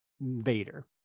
vader